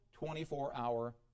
24-hour